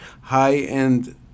high-end